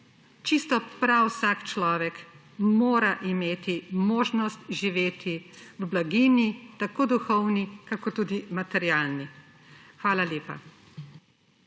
vse. Prav vsak človek mora imeti možnost živeti v blaginji, tako duhovni kot tudi materialni. Hvala lepa.